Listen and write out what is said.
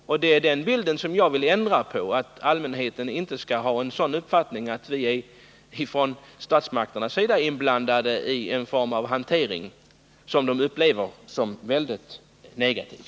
Det är den bilden jag vill ändra på. Allmänheten skall inte ha uppfattningen att vi ifrån statsmakternas sida är inblandade i denna form av hantering, som de upplever som klart negativ.